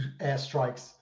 airstrikes